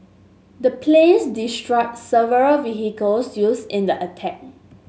the planes destroyed several vehicles used in the attack